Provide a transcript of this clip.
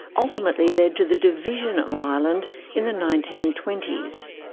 ultimately led to the division of ireland in the nineteen twenty s.